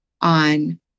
on